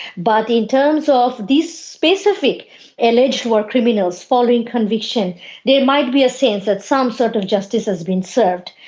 but in terms of this specific alleged war criminals, following conviction there might be a sense that some sort of justice has been served.